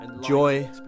Joy